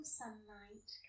sunlight